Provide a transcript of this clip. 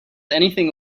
anything